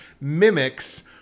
mimics